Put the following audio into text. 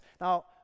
now